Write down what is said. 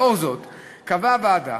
לאור זאת קבעה הוועדה